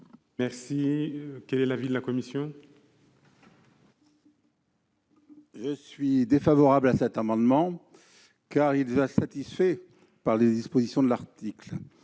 mesures. Quel est l'avis de la commission ?